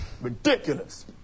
Ridiculous